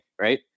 right